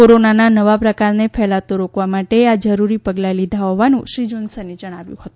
કોરોનાના નવા પ્રકારને ફેલાતો રોકવા માટે આ જરૂરી પગલાં લીધા હોવાનું શ્રી જોન્સને જણાવ્યું છે